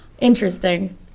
Interesting